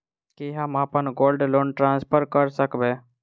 की हम अप्पन gold loan transfer करऽ सकबै?